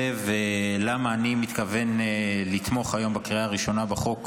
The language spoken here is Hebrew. אני מתכוון לתמוך היום בקריאה הראשונה בחוק,